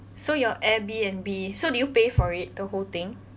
so your airbnb so do you pay for it the whole thing